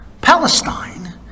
Palestine